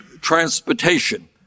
transportation